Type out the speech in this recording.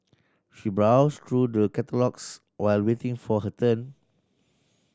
she browsed through the catalogues while waiting for her turn